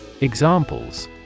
Examples